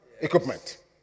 equipment